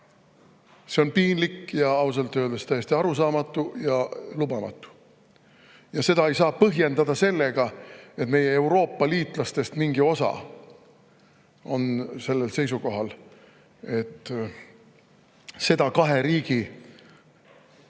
See oli piinlik ja ausalt öeldes täiesti arusaamatu ja lubamatu. Seda ei saa põhjendada sellega, et meie Euroopa-liitlastest mingi osa on sellel seisukohal, et kahe riigi